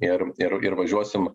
ir ir ir važiuosim